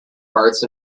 hearts